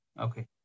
Okay